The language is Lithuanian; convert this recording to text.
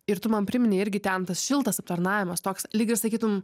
ir tu man priminei irgi ten tas šiltas aptarnavimas toks lyg ir sakytum